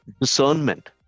discernment